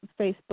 Facebook